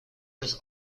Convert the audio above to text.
was